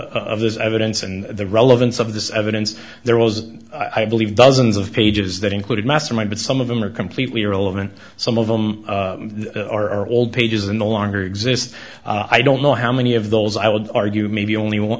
of this evidence and the relevance of this evidence there was i believe dozens of pages that included mastermind but some of them are completely irrelevant some of them are old pages and the longer exist i don't know how many of the those i would argue maybe only